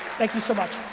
thank you so much.